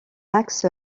axe